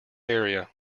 area